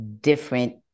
different